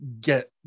get